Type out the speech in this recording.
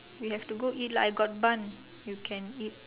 we have to go eat lah I got bun you can eat